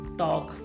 talk